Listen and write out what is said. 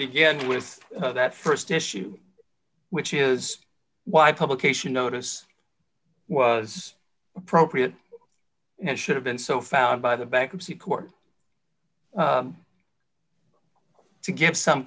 begin with that st issue which is why publication notice was appropriate and should have been so found by the bankruptcy court to give some